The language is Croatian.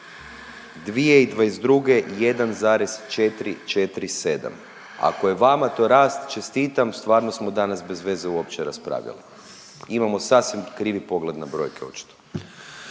2022. 1,447, ako je vama to rast čestitam stvarno smo danas bez veze uopće raspravljali. Imamo sasvim krivi pogled na brojke očito.